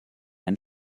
ein